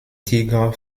tigres